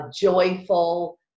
joyful